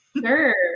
Sure